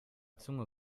zunge